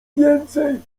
więcej